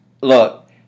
look